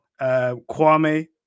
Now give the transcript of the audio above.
Kwame